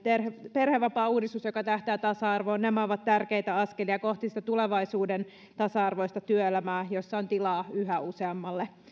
perhevapaauudistus joka tähtää tasa arvoon nämä ovat tärkeitä askelia kohti sitä tulevaisuuden tasa arvoista työelämää jossa on tilaa yhä useammalle